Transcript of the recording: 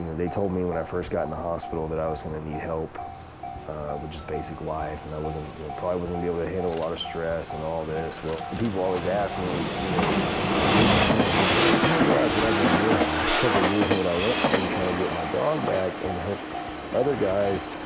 they told me when i first got in the hospital that i was gonna need help with basic life and i wasn't you know, probably wasn't be able to handle a lot of stress and all this. well, the people always ask me, you know where did you find this? if you realize what i've been doing the last couple years and what i went through trying to get my dog back and help other guys.